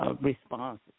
responses